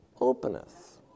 openeth